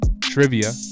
trivia